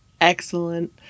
excellent